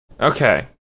Okay